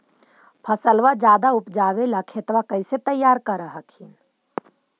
फसलबा ज्यादा उपजाबे ला खेतबा कैसे तैयार कर हखिन?